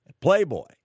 playboy